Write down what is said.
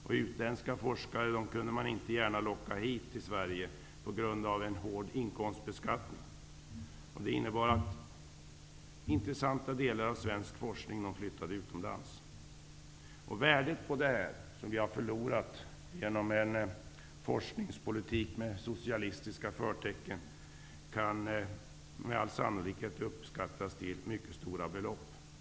Och vi kunde inte gärna locka hit utländska forskare till Sverige på grund av en hård inkomstbeskattning. Det innebar att intressanta delar av svensk forskning flyttade utomlands. Värdet av det som vi har förlorat genom en forskningspolitik med socialistiska förtecken kan med all sannolikhet uppskattas till mycket stora belopp.